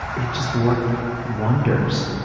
it just worked wonders,